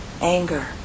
anger